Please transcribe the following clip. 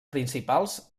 principals